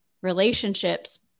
relationships